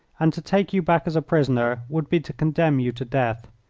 and to take you back as a prisoner would be to condemn you to death.